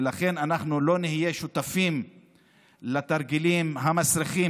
ולכן, אנחנו לא נהיה שותפים לתרגילים המסריחים.